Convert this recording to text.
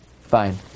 Fine